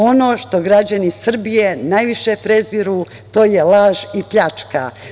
Ono što građani Srbije najviše preziru to je laž i pljačka.